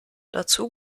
dazu